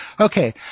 Okay